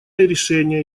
решение